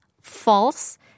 false